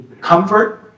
comfort